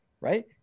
right